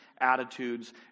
attitudes